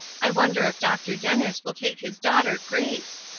i wonder if dr. dennis will take his daughter grace.